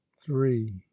three